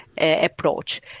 approach